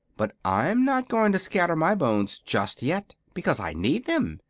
but i'm not going to scatter my bones just yet, because i need them,